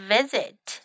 Visit